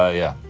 ah yeah.